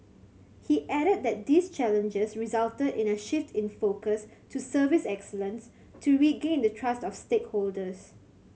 he added that these challenges resulted in a shift in focus to service excellence to regain the trust of stakeholders